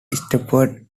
steward